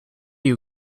you